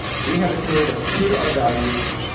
we have a tour that true to our values,